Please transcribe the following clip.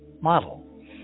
model